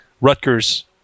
Rutgers